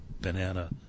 banana